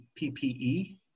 PPE